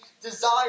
desire